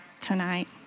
tonight